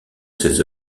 ces